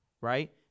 right